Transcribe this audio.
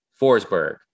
Forsberg